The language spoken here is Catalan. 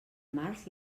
març